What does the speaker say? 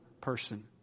person